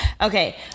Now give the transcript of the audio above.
okay